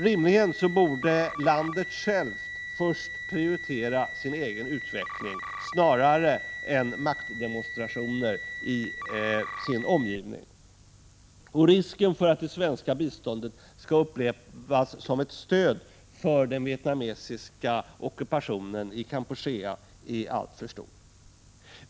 Rimligen borde landet självt prioritera sin egen utveckling snarare än genomföra maktdemonstrationer i sin omgivning. Risken för att det svenska biståndet skall upplevas som ett stöd för den vietnamesiska ockupationen i Kampuchea är alltför stor.